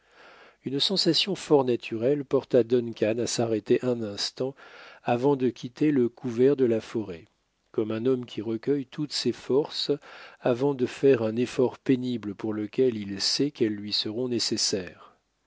une sensation fort naturelle porta duncan à s'arrêter un instant avant de quitter le couvert de la forêt comme un homme qui recueille toutes ses forces avant de faire un effort pénible pour lequel il sait qu'elles lui seront nécessaires